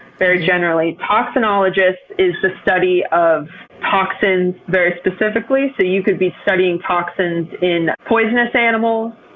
very generally. toxinology is is the study of toxins, very specifically. so you could be studying toxins in poisonous animals,